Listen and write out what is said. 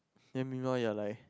then Ping-Pong you are like